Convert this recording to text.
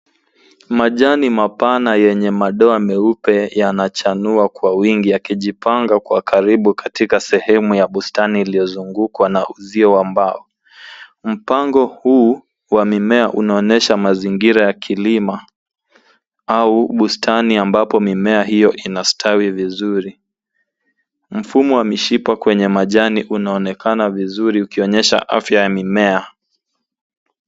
Majani mapana yenye madoa meupe yanachanua kwa wingi yakijipanga kwa karibu katika sehemu ya bustani uliozungukwa na mbao. Mpango huu wa mimea unaonyesha mazingira ya kilima au bustani ambapo mimea hiyo inastawi vizuri. Mfumo wa mishipa kwenye majani unaonekana vizuri ukionyesha afya ya mimea